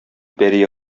пәрие